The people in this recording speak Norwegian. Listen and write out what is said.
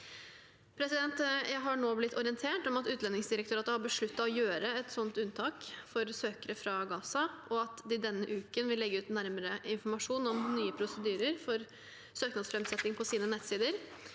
Jeg har nå blitt orientert om at Utlendingsdirektoratet har besluttet å gjøre et sånt unntak for søkere fra Gaza, og at de i denne uken vil legge ut nærmere informasjon om nye prosedyrer for søknadsframsetting på sine nettsider.